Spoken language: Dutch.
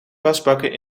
wasbakken